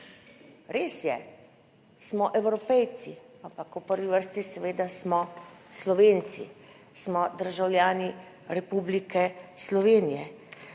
Res je, smo Evropejci, ampak v prvi vrsti seveda smo Slovenci, smo državljani Republike Slovenije